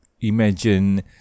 imagine